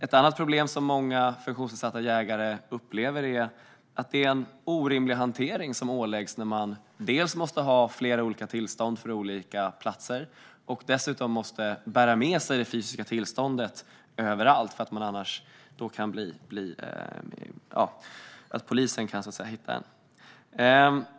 Ett annat problem som många funktionsnedsatta jägare upplever är att det är en orimlig hantering som åläggs när man måste ha flera olika tillstånd för olika platser och dessutom måste bära med sig det fysiska tillståndet överallt för att man ska kunna visa upp det för polisen.